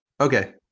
Okay